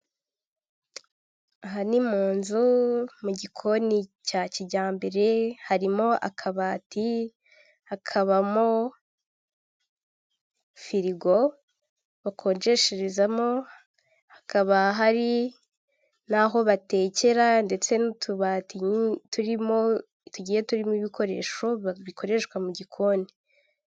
Aha ni mu nzu mu gikoni cya kijyambere harimo akabati, hakabamo firigo bakonjesherezamo, hakaba hari n'aho batekera ndetse n'utubati turimo tugiye turimo ibikoresho bikoreshwa mu gikoni.